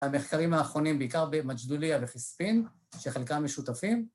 המחקרים האחרונים בעיקר במג'דוליה וחספין שחלקם משותפים